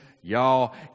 Y'all